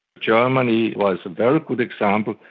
germany was a very good example.